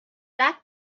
that